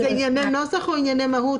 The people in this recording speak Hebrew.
זה ענייני נוסח או ענייני מהות?